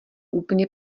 úplně